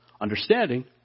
understanding